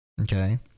Okay